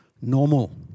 normal